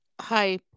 Hi